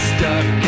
Stuck